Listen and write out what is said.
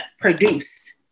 produce